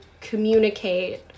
communicate